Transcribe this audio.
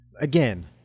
Again